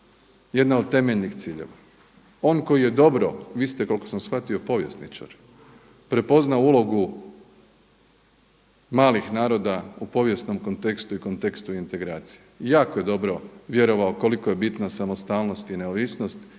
jedna od temeljnih ciljeva. On koji je dobro, vi ste koliko sam shvatio povjesničar, prepoznao ulogu malih naroda u povijesnom kontekstu i kontekstu integracije i jako je dobro vjerovao koliko je bitna samostalnost i neovisnost